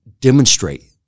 demonstrate